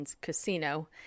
Casino